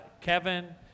Kevin